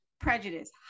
prejudice